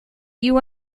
you